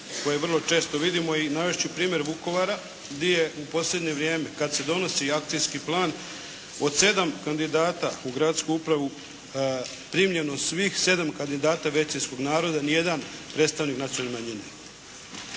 koje vrlo često vidimo. I navesti ću primjer Vukovara gdje je u posljednje vrijeme kada se donosi akcijski plan od 7 kandidata u gradsku upravu primljeno svih 7 kandidata većinskog naroda, niti jedan predstavnik nacionalne manjine.